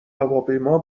هواپیما